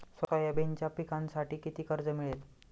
सोयाबीनच्या पिकांसाठी किती कर्ज मिळेल?